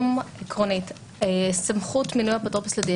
היום סמכות מינוי אפוטרופוס לדין,